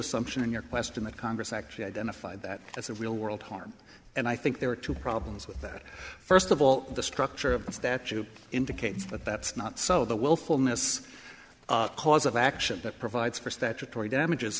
assumption in your question that congress actually identified that as a real world harm and i think there are two problems with that first of all the structure of the statute indicates that that's not so the willfulness cause of action that provides for statutory damages